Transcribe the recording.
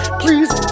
please